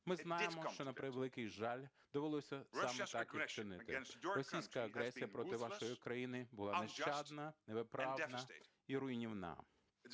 Ми знаємо, що, на превеликий жаль, довелося саме так і вчинити. Російська агресія проти вашої країни була нещадна, невиправна і руйнівна.